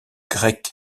grec